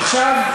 עכשיו,